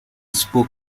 spoke